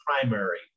primary